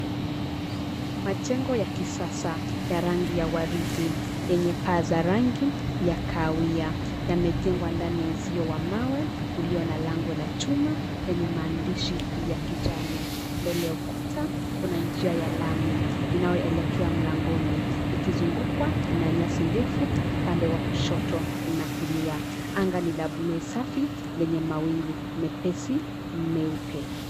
Majengo ya kisasa ya rangi ya waridi yenye paa za rangi ya kahawia yametengwa ndani ya uzio wa mawe ulio na lango la chuma lenye maandishi ya kijani mbele ya ukuta kuna njia ya lami inayoelekea mlangoni ikizungukwa na nyasi ndefu, upande wa kushoto na kulia. Anga ni la bluu safi yenye mawingu mepesi meupe.